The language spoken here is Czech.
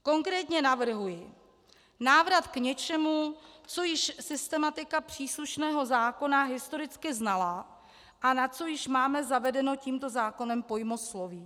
Konkrétně navrhuji návrat k něčemu, co již systematika příslušného zákona historicky znala a na co již máme zavedeno tímto zákonem pojmosloví.